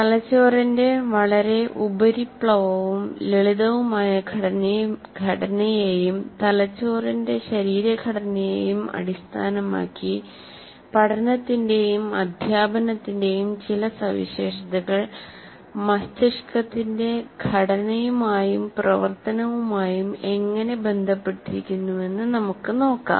തലച്ചോറിന്റെ വളരെ ഉപരിപ്ലവവും ലളിതവുമായ ഘടനയെയും തലച്ചോറിന്റെ ശരീരഘടനയെയും അടിസ്ഥാനമാക്കി പഠനത്തിന്റെയും അദ്ധ്യാപനത്തിന്റെയും ചില സവിശേഷതകൾ മസ്തിഷകത്തിന്റെ ഘടനയുമായും പ്രവർത്തനവുമായും എങ്ങനെ ബന്ധപ്പെട്ടിരിക്കുന്നുവെന്ന് നമുക്ക് നോക്കാം